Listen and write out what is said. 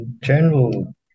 general